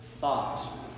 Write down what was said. thought